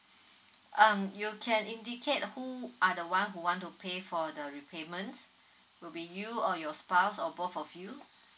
um you can indicate who are the one who want to pay for the repayments could be you or your spouse or both of you